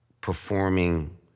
performing